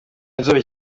inzobe